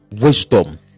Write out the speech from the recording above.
wisdom